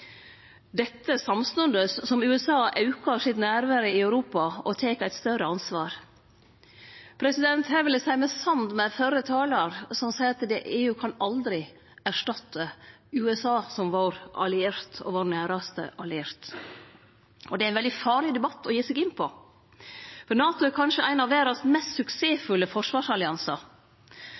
dette samstundes med at USA aukar sitt nærvær i Europa og tek eit større ansvar. Her vil eg seie meg samd med førre talar, som seier at EU aldri kan erstatte USA som vår alliert, som vår næraste alliert. Det er ein veldig farleg debatt å gi seg inn på, for NATO er kanskje ein av verdas mest suksessfulle forsvarsalliansar.